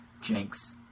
Jinx